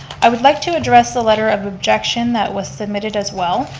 i would like to address the letter of objection that was submitted as well.